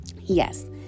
Yes